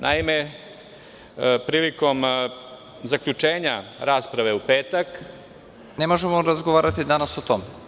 Naime, prilikom zaključenja rasprave, u petak.. (Predsednik: Ne možemo razgovarati danas o tome.